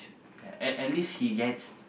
at at least he gets